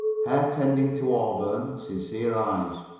hair tending to auburn, sincere eyes.